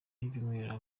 y’icyumweru